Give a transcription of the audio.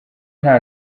nta